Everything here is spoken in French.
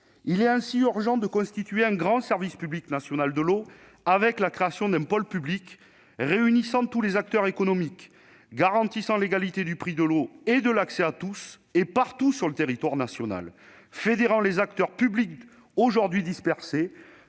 Il est urgent de constituer un grand service public national de l'eau par la création d'un pôle public réunissant tous les acteurs économiques et garantissant l'égalité du prix de l'eau et l'accès à tous partout sur le territoire national. Cela permettrait de fédérer les acteurs publics aujourd'hui dispersés,